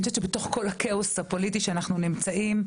אני חושבת שבתוך כל הכאוס הפוליטי שאנחנו נמצאים,